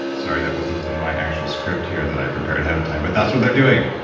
sorry. that wasn't in my actual script here that i prepared ahead of time, but that's what they're doing.